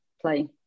play